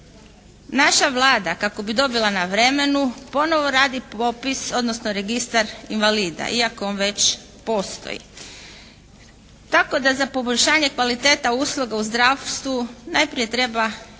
Naša Vlada kako bi dobila na vremenu ponovo radi popis odnosno registar invalida iako on već postoji. Tako da za poboljšanje kvaliteta usluga u zdravstvu najprije treba donijeti